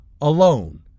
alone